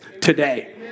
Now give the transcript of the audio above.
today